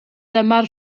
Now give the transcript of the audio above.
dyma